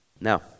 Now